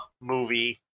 movie